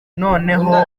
noneho